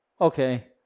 Okay